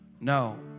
No